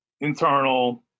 internal